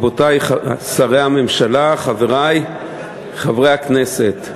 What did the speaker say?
שרי הממשלה, חברי חברי הכנסת,